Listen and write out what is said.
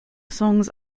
songs